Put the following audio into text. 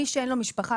מי שאין לו משפחה,